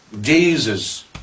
Jesus